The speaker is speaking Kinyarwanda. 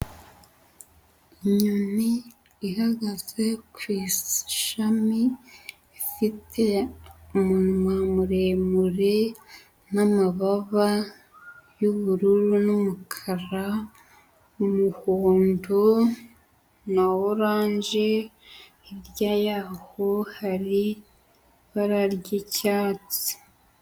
Inyoni ihagaze ku ishami, ifite umunwa muremure n'amababa y'ubururu n'umukara n'umuhondo na oranje, hirya yaho hari ibara ry'icyatsi.